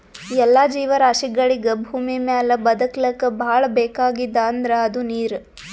ಎಲ್ಲಾ ಜೀವರಾಶಿಗಳಿಗ್ ಭೂಮಿಮ್ಯಾಲ್ ಬದಕ್ಲಕ್ ಭಾಳ್ ಬೇಕಾಗಿದ್ದ್ ಅಂದ್ರ ಅದು ನೀರ್